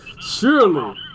Surely